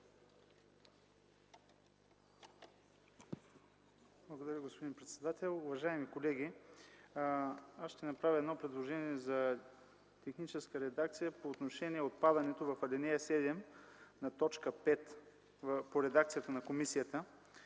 Благодаря, господин председател. Уважаеми колеги, ще направя предложение за техническа редакция по отношение отпадането в ал. 7 на т. 5 в редакцията на комисията,